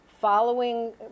following